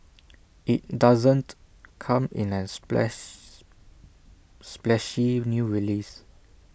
IT doesn't come in A splash splashy new release